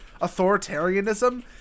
authoritarianism